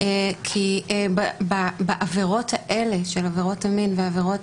כי בעבירות האלה של עבירות המין ועבירות